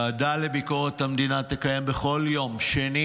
הוועדה לביקורת המדינה תקיים בכל יום שני